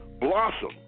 blossom